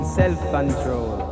self-control